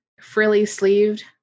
frilly-sleeved